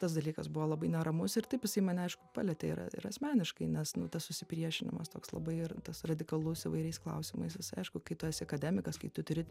tas dalykas buvo labai neramus ir taip jisai mane aišku palietė ir ir asmeniškai nes nu tas susipriešinimas toks labai ir tas radikalus įvairiais klausimais jis aišku kai tu esi akademikas kai tu turi